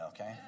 okay